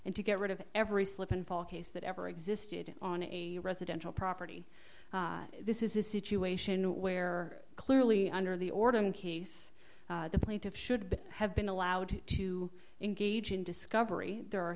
and to get rid of every slip and fall case that ever existed on a residential property this is a situation where clearly under the order of the case the plaintiff should have been allowed to engage in discovery there are